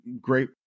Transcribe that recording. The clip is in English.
great